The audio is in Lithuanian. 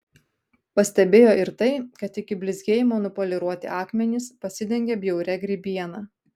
pastebėjo ir tai kad iki blizgėjimo nupoliruoti akmenys pasidengė bjauria grybiena